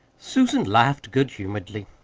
susan laughed good-humoredly.